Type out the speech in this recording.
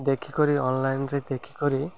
ଦେଖି କରି ଅନଲାଇନ୍ରେ ଦେଖି କରି